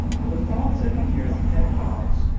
the default setting here is tedtalks,